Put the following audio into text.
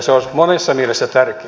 se olisi monessa mielessä tärkeää